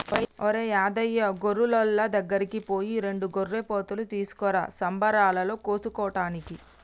ఒరేయ్ యాదయ్య గొర్రులోళ్ళ దగ్గరికి పోయి రెండు గొర్రెపోతులు తీసుకురా సంబరాలలో కోసుకోటానికి